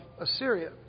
Assyria